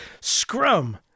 Scrum